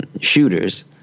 shooters